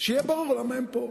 שיהיה ברור למה הם פה.